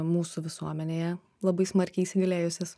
mūsų visuomenėje labai smarkiai įsigalėjusias